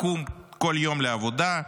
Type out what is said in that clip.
לקום כל יום לעבודה,